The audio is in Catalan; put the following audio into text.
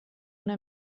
una